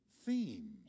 theme